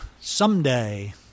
someday